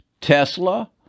Tesla